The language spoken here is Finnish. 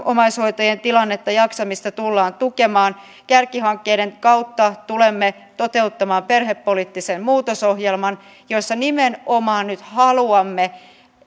omaishoitajien tilannetta ja jaksamista tullaan tukemaan kärkihankkeiden kautta tulemme toteuttamaan perhepoliittisen muutosohjelman jossa nimenomaan nyt haluamme